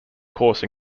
course